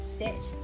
set